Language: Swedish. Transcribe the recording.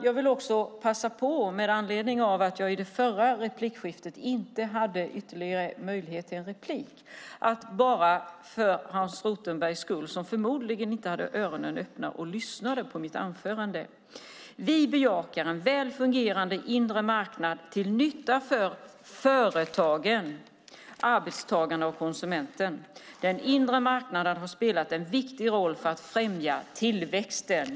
Jag vill också passa på att, med anledning av att jag i det förra replikskiftet inte hade möjlighet till ytterligare replik, bara för Hans Rothenbergs skull, som förmodligen inte hade öronen öppna och lyssnade på mitt anförande, säga att vi bejakar en väl fungerande inre marknad till nytta för företagen, arbetstagarna och konsumenten. Den inre marknaden har spelat en viktig roll för att främja tillväxten.